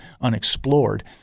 unexplored